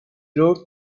rode